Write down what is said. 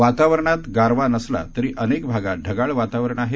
वातावरणात गारवा नसला तरी अनेक भागात ढगाळ वातावरण आहे